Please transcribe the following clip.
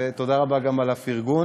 ותודה רבה גם על הפרגון.